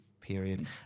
period